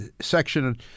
Section